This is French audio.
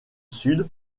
sud